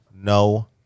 no